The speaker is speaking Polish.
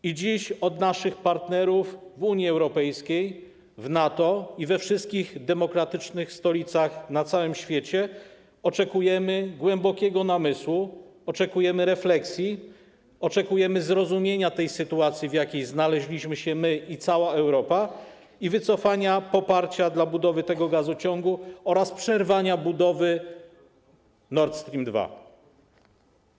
I dziś od naszych partnerów w Unii Europejskiej, w NATO i we wszystkich demokratycznych stolicach na całym świecie oczekujemy głębokiego namysłu, oczekujemy refleksji, oczekujemy zrozumienia sytuacji, w jakiej znaleźliśmy się my i cała Europa, i wycofania poparcia dla budowy tego gazociągu oraz przerwania budowy Nord Stream 2.